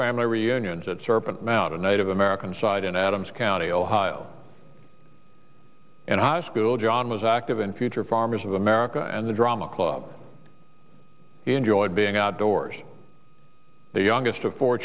family reunions at serpent mountain native american side in adams county ohio and high school john was active in future farmers of america and the drama club he enjoyed being outdoors the youngest of four